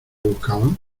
buscaban